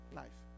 life